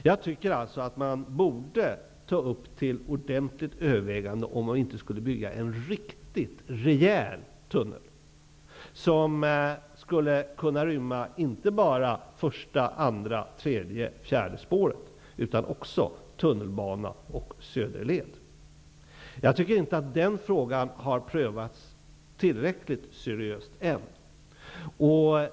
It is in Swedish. Jag anser alltså att man borde ta upp till ordentligt övervägande om man inte skulle bygga en riktigt rejäl tunnel, som skulle kunna rymma inte bara första, andra, tredje och fjärde spåren utan också tunnelbana och söderled. Jag tycker inte att den frågan har prövats tillräckligt seriöst än.